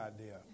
idea